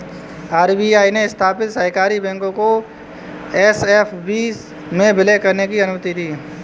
RBI ने स्थापित सहकारी बैंक को एस.एफ.बी में विलय करने की अनुमति दी